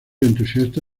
entusiasta